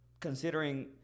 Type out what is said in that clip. considering